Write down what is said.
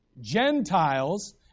Gentiles